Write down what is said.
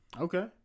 Okay